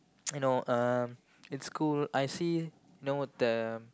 you know um in school I see you know the